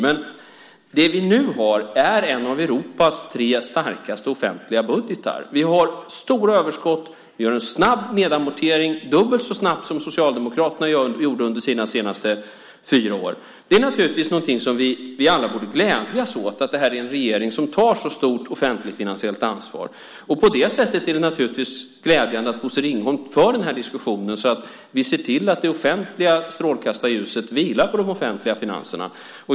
Men det vi nu har är en av Europas tre starkaste offentliga budgetar. Vi har stora överskott och vi har en snabb nedamortering, dubbelt så snabb som Socialdemokraternas under deras fyra senaste år. Naturligtvis borde vi alla glädjas åt att denna regering tar så stort ansvar för de offentliga finanserna. På det sättet är det naturligtvis glädjande att Bosse Ringholm för den här diskussionen, så att vi ser till att det offentliga strålkastarljuset vilar på de offentliga finanserna.